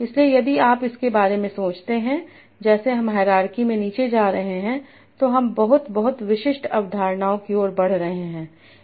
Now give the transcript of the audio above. इसलिए यदि आप इसके बारे में सोचते हैं जैसे हम हायरार्की में नीचे जा रहे हैं तो हम बहुत बहुत विशिष्ट अवधारणाओं की ओर बढ़ रहे हैं